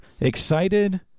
excited